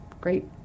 great